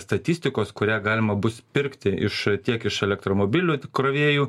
statistikos kurią galima bus pirkti iš tiek iš elektromobilių krovėjų